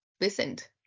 listened